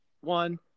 one